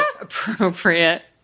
appropriate